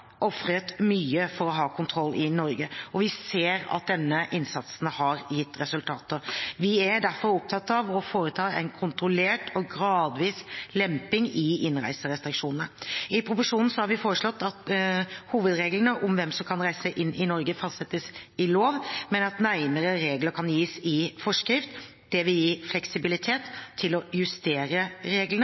ofret mye for å ha kontroll i Norge, og vi ser at denne innsatsen har gitt resultater. Vi er derfor opptatt av å foreta en kontrollert og gradvis lemping i innreiserestriksjonene. I proposisjonen har vi foreslått at hovedreglene om hvem som kan reise inn i Norge, fastsettes i lov, men at nærmere regler kan gis i forskrift. Det vil gi fleksibilitet til å justere reglene